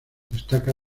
destaca